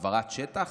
העברת שטח?